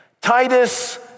Titus